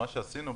מה שעשינו,